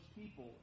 people